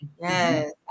Yes